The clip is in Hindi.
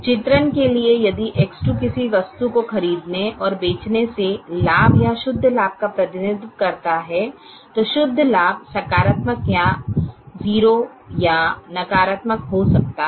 चित्रण के लिए यदि X2 किसी वस्तु को खरीदने और बेचने से लाभ या शुद्ध लाभ का प्रतिनिधित्व करता है तो शुद्ध लाभ सकारात्मक या 0 या नकारात्मक हो सकता है